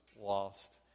lost